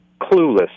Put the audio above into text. clueless